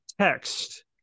text